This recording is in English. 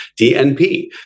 DNP